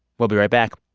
we'll be right back